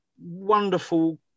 wonderful